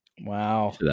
Wow